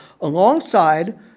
alongside